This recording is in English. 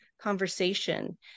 conversation